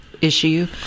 issue